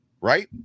right